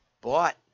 bought